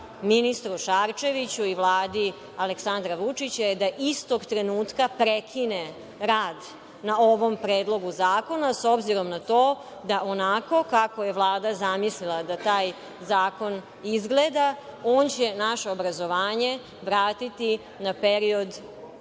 ministru Šarčeviću i Vladi Aleksandra Vučića je da istog trenutka prekine rad na ovom predlogu zakona, s obzirom na to da onako kako je Vlada zamislila da taj zakon izgleda, on će naše obrazovanje vratiti na period